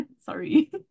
sorry